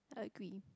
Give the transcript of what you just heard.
I agree